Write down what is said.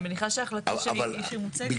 אני מניחה שההחלטה שמוצגת פה היא ביצועית.